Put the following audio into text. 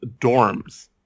dorms